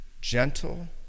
gentle